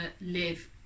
live